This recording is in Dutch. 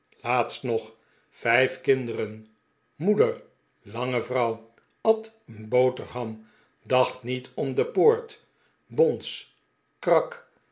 laatst nog vijf kinderen mpeder lange vrouw at een boterham dacht niet om de poort bons krak